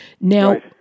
Now